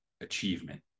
achievement